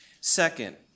Second